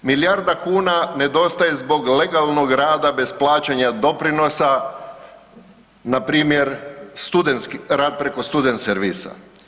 Milijarda kuna nedostaje zbog legalno rada bez plaćanja doprinosa npr. rad preko student servisa.